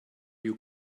you